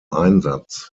einsatz